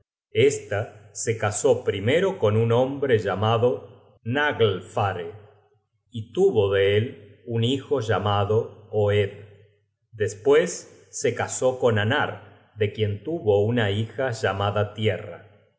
esta se casó primero con un hombre llamado naglfare y tuvo de él un hijo llamado oed despues se casó con anar de quien tuvo una hija llamada tierra por